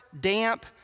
damp